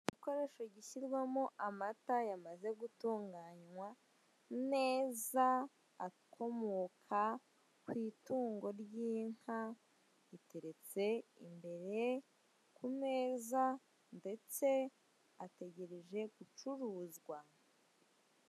Igikoresho gishyirwamo amata yamaze gutunganywa neza akomoka kwitungo ryinka ateretse imbere kumeza ndetse ategereje gucuruzwa.